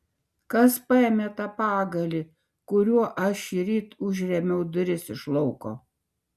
kas paėmė tą pagalį kuriuo aš šįryt užrėmiau duris iš lauko